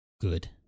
Good